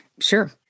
Sure